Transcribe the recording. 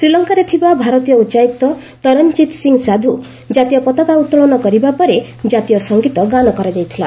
ଶ୍ରୀଲଙ୍କାରେ ଥିବା ଭାରତୀୟ ଉଚ୍ଚାୟୁକ୍ତ ତରନ୍ଜିତ୍ ସିଂ ସାନ୍ଧୁ ଜାତୀୟ ପତାକା ଉତ୍ତୋଳନ କରିବା ପରେ ଜାତୀୟ ସଙ୍ଗୀତ ଗାନ କରାଯାଇଥିଲା